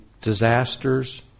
disasters